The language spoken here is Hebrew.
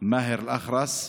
מאהר אל-אח'רס.